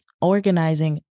organizing